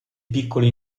piccole